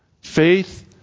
Faith